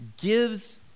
gives